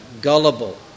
gullible